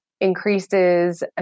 increases